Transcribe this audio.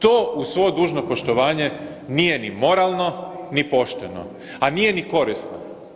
To uz svo dužno poštovanje nije ni moralno, ni pošteno, a nije ni korisno.